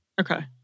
Okay